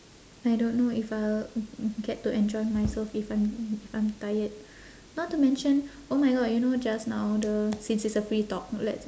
I don't know if I'll get to enjoy myself if I'm if I'm tired not to mention oh my god you know just now the since it's a free talk let's